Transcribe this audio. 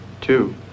Two